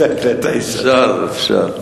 אפשר.